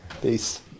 Peace